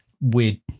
weird